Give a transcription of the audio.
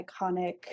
iconic